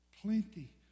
Plenty